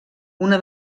una